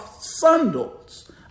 sandals